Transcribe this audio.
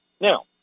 Now